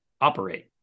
operate